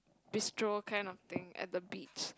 bistro kind of things at the beach